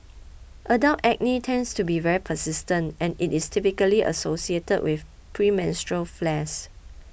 adult acne tends to be very persistent and it is typically associated with premenstrual flares